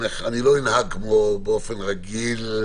לא אנהג כמו באופן רגיל.